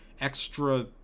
extra